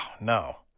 no